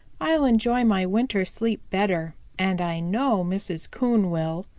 i'll enjoy my winter sleep better, and i know mrs. coon will.